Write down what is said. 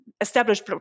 established